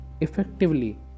effectively